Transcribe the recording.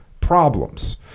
problems